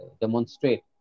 demonstrate